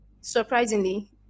Surprisingly